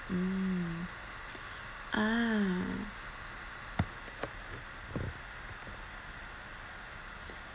mm ah